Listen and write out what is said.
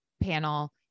panel